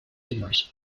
humorous